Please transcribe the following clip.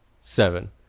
Seven